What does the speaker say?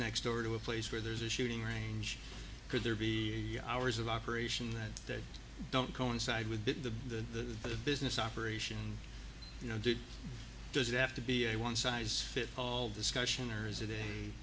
next door to a place where there's a shooting range could there be hours of operation that they don't coincide with the business operation you know did does it have to be a one size fits all discussion or is it a